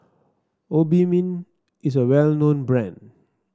Obimin is a well known brand